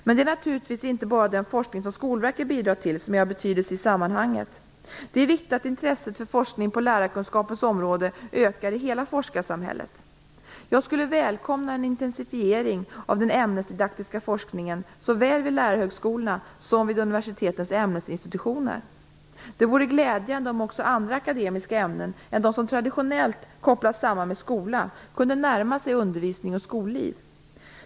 Men det är naturligtvis inte bara den forskning som Skolverket bidrar till som är av betydelse i sammanhanget. Det är viktigt att intresset för forskning på lärarkunskapens område ökar i hela forskarsamhället. Jag skulle välkomna en intensifiering av den ämnesdidaktiska forskningen såväl vid lärarhögskolorna som vid universitetens ämnesinstitutioner. Det vore glädjande om också andra akademiska ämnen än de som traditionellt kopplas samman med skolan kunde närma sig undervisning och skolliv.